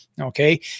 Okay